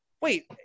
Wait